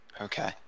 Okay